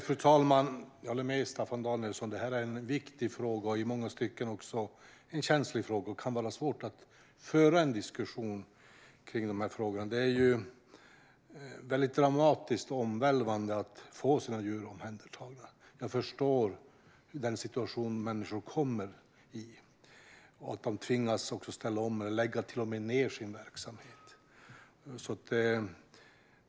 Fru talman! Jag håller med Staffan Danielsson: Det här är en viktig fråga och i många stycken också en känslig fråga. Det kan vara svårt att föra en diskussion om de här frågorna. Det är dramatiskt och omvälvande att få sina djur omhändertagna. Jag förstår den situation som människor hamnar i när de tvingas att ställa om och till och med lägga ned sin verksamhet.